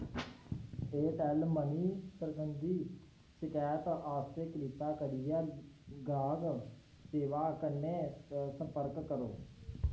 Airtel money सरबंधी शकैत आस्तै कृपा करियै गाह्क सेवा कन्नै संपर्क करो